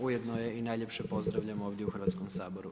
Ujedno je i najljepše pozdravljamo ovdje u Hrvatskom saboru.